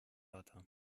wörter